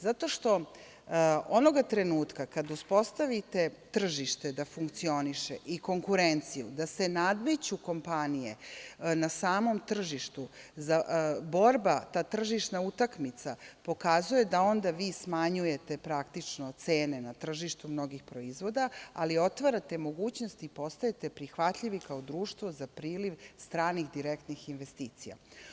Zato što onoga trenutka kada uspostavite tržište da funkcioniše i konkurenciju, da se nadmeću kompanije na samom tržištu, borba, ta tržišna utakmica, pokazuje da onda vi smanjujete praktično cene na tržištu mnogih proizvoda, ali otvarate mogućnost i postajete prihvatljivi kao društvo za priliv stranih direktnih investicija.